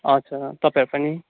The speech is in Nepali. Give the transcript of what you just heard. हजुर तपाईँहरू पनि